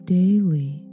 daily